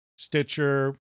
Stitcher